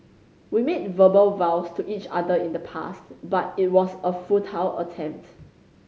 we made verbal vows to each other in the past but it was a futile attempt